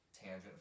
tangent